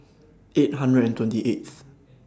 eight hundred and twenty eighth